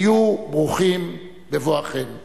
היו ברוכים בבואכם.